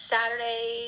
Saturday